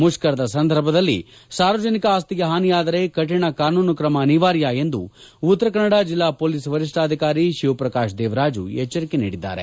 ಮುಷ್ಕರದ ಸಂದರ್ಭದಲ್ಲಿ ಸಾರ್ವಜನಿಕ ಆಚ್ರಿಗೆ ಹಾನಿಯಾದರೆ ಕಠಿಣ ಕಾನೂನು ಕ್ರಮ ಅನಿವಾರ್ಯ ಎಂದು ಉತ್ತರಕನ್ನಡ ಜಿಲ್ಲಾ ಮೋಲಿಸ್ ವರಿಷ್ಠಾಧಿಕಾರಿ ಶಿವಪ್ರಕಾಶ್ ದೇವರಾಜು ಎಚ್ದರಿಕೆ ನೀಡಿದ್ದಾರೆ